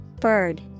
Bird